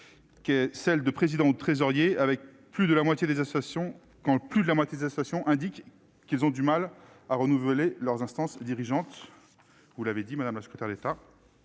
les fonctions de président ou de trésorier, quand plus de la moitié des associations indiquent qu'elles ont du mal à renouveler leurs instances dirigeantes- vous en avez parlé, madame la secrétaire d'État.